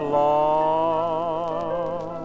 long